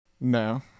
No